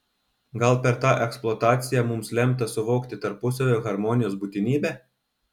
gal per tą eksploataciją mums lemta suvokti tarpusavio harmonijos būtinybę